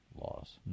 laws